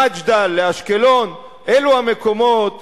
למג'דל, לאשקלון, אלו המקומות